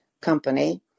company